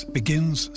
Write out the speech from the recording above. begins